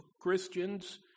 Christians